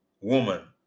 Woman